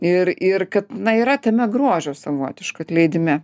ir ir kad na yra tame grožio savotiško atleidime